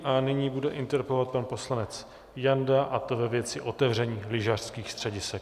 A nyní bude interpelovat pan poslanec Janda, a to ve věci otevření lyžařských středisek.